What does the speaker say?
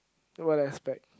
what do I expect